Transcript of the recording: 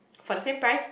for the same price